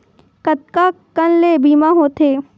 कतका कन ले बीमा होथे?